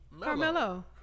Carmelo